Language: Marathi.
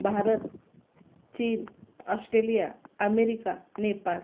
भारत चीन ऑस्ट्रेलिया अमेरिका नेपाळ